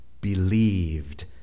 believed